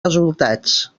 resultats